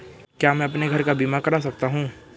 क्या मैं अपने घर का बीमा करा सकता हूँ?